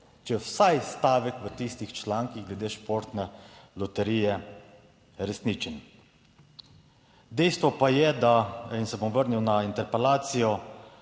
Če je vsaj stavek v tistih člankih glede Športne loterije resničen. Dejstvo pa je, da, in se bom vrnil na interpelacijo,